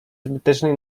zbytecznej